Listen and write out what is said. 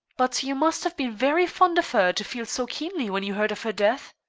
but you must have been very fond of her to feel so keenly when you heard of her death?